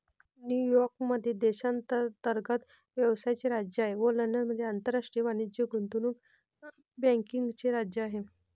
New York मध्ये देशांतर्गत व्यवसायाचे राज्य आहे व लंडनमध्ये आंतरराष्ट्रीय वाणिज्य गुंतवणूक बँकिंगचे राज्य आहे